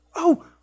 Oh